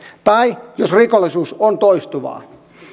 tai jos rikollisuus on toistuvaa